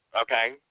okay